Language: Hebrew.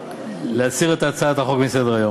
להסיר את הצעת החוק מסדר-היום.